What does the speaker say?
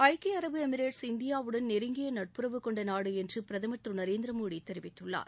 ஐக்கிய அரபு எமிரேட்ஸ் இந்தியாவுடன் நெருங்கிய நட்புறவு கொண்ட நாடு என்று பிரதமர் திரு நரேந்திர மோடி தெரிவித்துள்ளார்